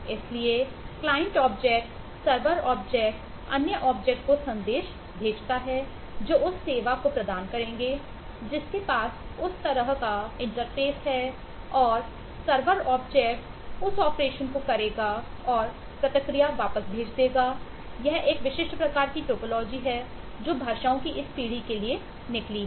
इसलिए client object है जो भाषाओं की इस पीढ़ी के लिए निकली है